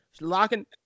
locking